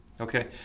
Okay